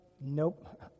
nope